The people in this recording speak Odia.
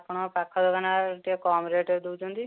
ଆପଣଙ୍କ ପାଖ ଦୋକାନରେ ଟିକିଏ କମ୍ ରେଟ୍ରେ ଦେଉଛନ୍ତି